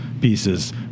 pieces